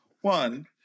one